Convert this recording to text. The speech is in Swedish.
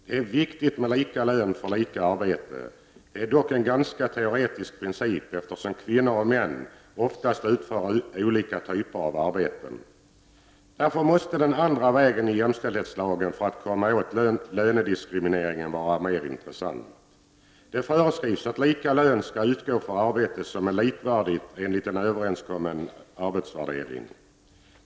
Det är viktigt med lika lön för lika arbete. Det är dock en ganska teoretisk princip, eftersom kvinnor och män oftast utför olika typer av arbeten. Därför måste den andra vägen som föreslås i jämställdhetslagen som ett sätt att komma åt lönediskrimineringen vara mer intressant. Det föreskrivs att lika lön skall utgå för arbete som är likvärdigt enligt en överenskommen arbetsvärdering.